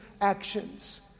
actions